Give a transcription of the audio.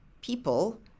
people